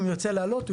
אם ירצה לעלות,